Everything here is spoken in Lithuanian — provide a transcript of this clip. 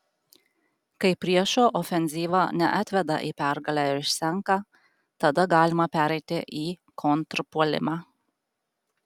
kai priešo ofenzyva neatveda į pergalę ir išsenka tada galima pereiti į kontrpuolimą